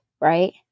right